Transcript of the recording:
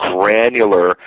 granular